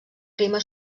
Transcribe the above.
clima